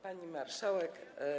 Pani Marszałek!